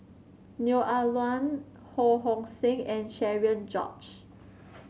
Neo Ah Luan Ho Hong Sing and Cherian George